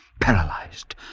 paralyzed